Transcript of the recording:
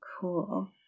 Cool